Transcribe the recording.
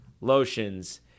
lotions